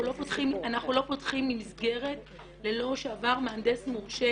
אנחנו לא פותחים מסגרת ללא שעבר מהנדס מורשה